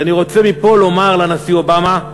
אז אני רוצה לומר מפה לנשיא אובמה: